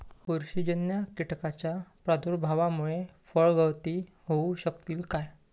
बुरशीजन्य कीटकाच्या प्रादुर्भावामूळे फळगळती होऊ शकतली काय?